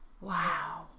Wow